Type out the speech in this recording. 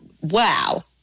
wow